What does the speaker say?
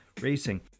Racing